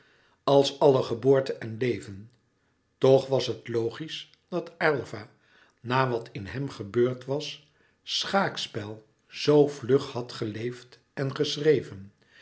als alle geboorte en leven toch was het logisch dat aylva na wat in hem gebeurd was schaakspel zoo vlug had geleefd en geschreven